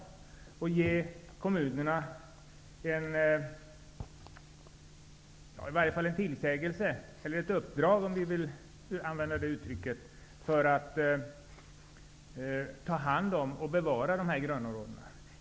Hon har velat ge kommunerna i varje fall en tillsägelse -- eller ett uppdrag om man föredrar det uttrycket -- att ta hand om och bevara grönområdena.